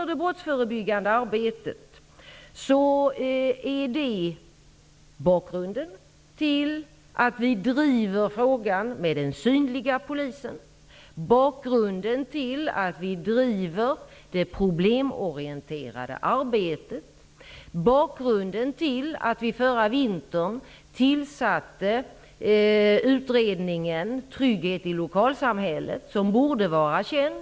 Det brottsförebyggande arbetet är bakgrunden till att vi driver verksamheten med den synliga polisen, bakgrunden till att vi driver det problemorienterade arbetet, bakgrunden till att vi förra vintern tillsatte utredningen Trygghet i lokalsamhället. Den utredningen borde vara känd.